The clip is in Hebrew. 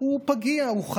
הוא פגיע, הוא חלש,